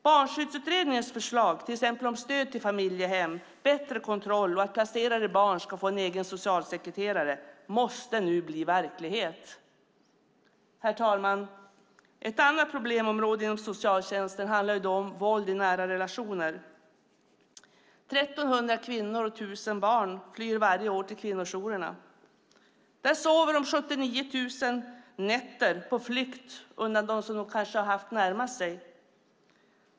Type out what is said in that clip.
Barnskyddsutredningens förslag, till exempel om stöd till familjehem, bättre kontroll och att placerade barn ska få en egen socialsekreterare måste nu bli verklighet. Herr talman! Ett annat problemområde inom socialtjänsten handlar om våld i nära relationer. Det är 1 300 kvinnor och 1 000 barn som varje år flyr till kvinnojourerna. Där sover de 79 000 nätter på flykt undan den som de kanske haft närmast sig.